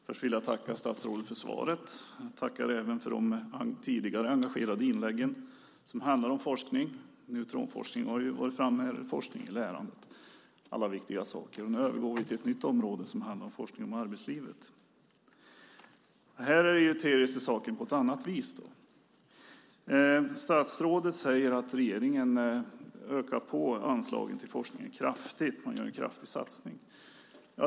Herr talman! Först vill jag tacka statsrådet för svaret. Jag tackar även för de tidigare engagerade inlägg under dagen som handlat om forskning. Neutronforskning har varit uppe här, och även forskning om lärandet. Allt detta är viktiga saker. Nu övergår vi till ett nytt område. Det handlar om forskning om arbetslivet. Här ter sig ju saken på ett annat vis. Statsrådet säger att regeringen ökar på anslagen till forskning kraftigt. Man gör en kraftig satsning.